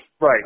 Right